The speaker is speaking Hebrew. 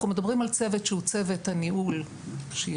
אנחנו מדברים על צוות שהוא צוות הניהול שישנו,